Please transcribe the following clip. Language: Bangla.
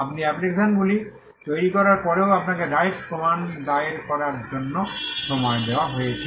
আপনি অ্যাপ্লিকেশনগুলি তৈরি করার পরেও আপনাকে রাইটস প্রমান দায়ের করার জন্য সময় দেওয়া হয়েছে